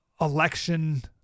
election